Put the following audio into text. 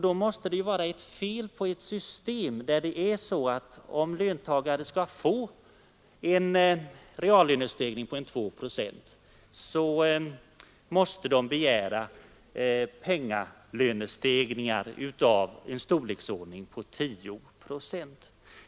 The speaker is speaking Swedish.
Det måste vara fel på ett system där löntagarna för att få en reallönestegring på 2 procent måste begära lönestegringar av storleksordningen 10 procent.